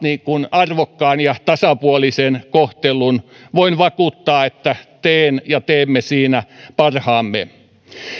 arvokkaan ja tasapuolisen kohtelun voin vakuuttaa että teen ja teemme siinä parhaamme